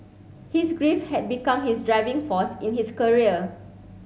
his grief had become his driving force in his career